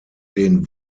den